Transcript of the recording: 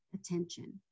attention